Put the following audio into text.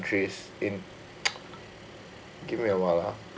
in give me awhile lah